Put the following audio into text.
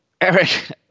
Eric